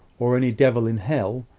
or any devil in hell,